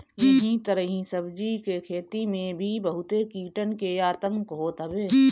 एही तरही सब्जी के खेती में भी बहुते कीटन के आतंक होत हवे